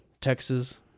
Texas